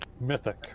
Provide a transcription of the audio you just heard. mythic